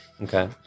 Okay